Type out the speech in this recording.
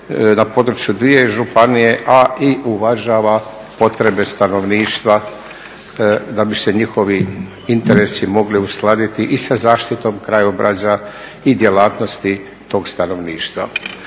na području dvije županije, a i uvažava potrebe stanovništva da bi se njihovi interesi mogli uskladiti i sa zaštitom krajobraza i djelatnosti tog stanovništva.